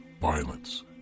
violence